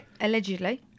Allegedly